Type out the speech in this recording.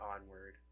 Onward